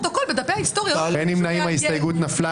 אין ההסתייגות מס'